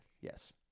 yes